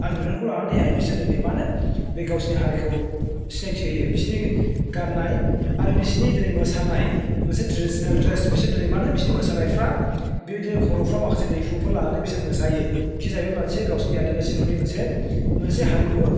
आरो बेफोरखौ लानानैहाय बिसोर दिनैहाय माने बे गावसोरनि हारिखौ सिनायथि होयो बिसोरनि गाननाय आरो बिसोरनि दिनै मोसानाय मोनसे ट्रेडिशनेल ड्रेस बिसोर दिनै माने बिसोरनि मोसानायफ्रा बेबायदिनो खर'फ्राव माखासे दैहुफोर लानानै बिसोर मोसायो बेयो जाहैबाय मोनसे गावसोरनि आदिबासिफोरनि मोनसे हारिमु